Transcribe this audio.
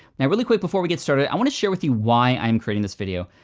now really quick before we get started i want to share with you why i'm creating this video.